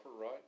right